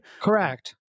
correct